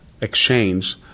Exchange